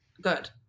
good